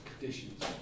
conditions